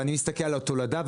אני מסתכל על התולדה,